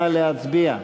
נא להצביע.